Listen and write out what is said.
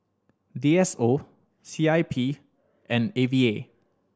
D S O C I P and A V A